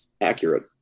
accurate